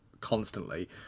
constantly